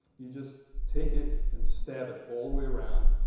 you just take it and stab it all the way around.